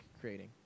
creating